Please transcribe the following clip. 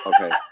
Okay